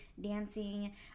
dancing